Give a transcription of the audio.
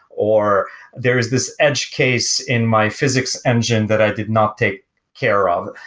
or there is this edge case in my physics engine that i did not take care of.